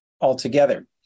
altogether